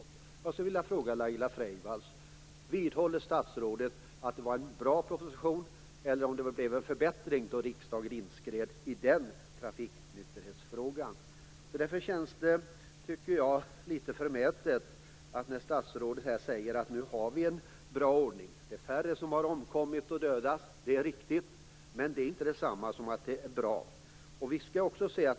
Jag skulle vilja fråga Laila Freivalds: Vidhåller statsrådet att det var en bra proposition eller om det blev en förbättring då riksdagen inskred i frågan? Det känns litet förmätet när statsrådet säger att vi nu har en bra ordning. Det är färre som omkommit och dödats, det är riktigt. Men det är inte detsamma som att det är bra.